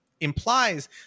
Implies